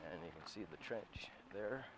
and you can see the trench there